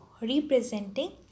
representing